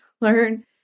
learn